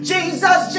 Jesus